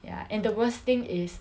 ya and the worst thing is